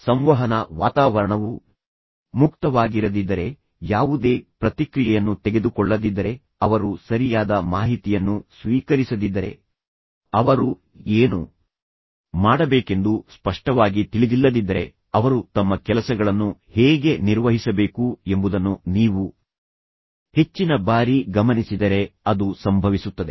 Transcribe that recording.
ಸಂವಹನ ವಾತಾವರಣವು ಮುಕ್ತವಾಗಿರದಿದ್ದರೆ ಯಾವುದೇ ಪ್ರತಿಕ್ರಿಯೆಯನ್ನು ತೆಗೆದುಕೊಳ್ಳದಿದ್ದರೆ ಅವರು ಸರಿಯಾದ ಮಾಹಿತಿಯನ್ನು ಸ್ವೀಕರಿಸದಿದ್ದರೆ ಅವರು ಏನು ಮಾಡಬೇಕೆಂದು ಸ್ಪಷ್ಟವಾಗಿ ತಿಳಿದಿಲ್ಲದಿದ್ದರೆ ಅವರು ತಮ್ಮ ಕೆಲಸಗಳನ್ನು ಹೇಗೆ ನಿರ್ವಹಿಸಬೇಕು ಎಂಬುದನ್ನು ನೀವು ಹೆಚ್ಚಿನ ಬಾರಿ ಗಮನಿಸಿದರೆ ಅದು ಸಂಭವಿಸುತ್ತದೆ